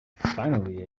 finally